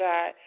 God